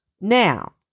Now